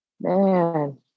Man